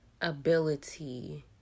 ability